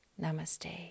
Namaste